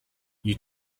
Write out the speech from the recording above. you